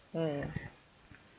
mm